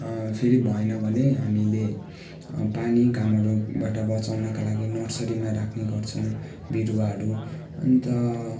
फेरि भएन भने हामीले पानी घामहरूबाट बचाउनका लागि नर्सरीमा राख्ने गर्छौँ बिरुवाहरू अन्त